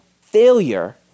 failure